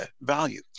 value